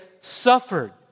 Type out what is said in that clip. suffered